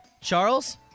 Charles